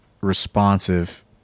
responsive